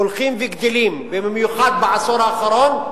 שהולכים וגדלים, ובמיוחד בעשור האחרון,